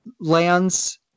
lands